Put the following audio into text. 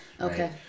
Okay